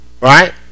right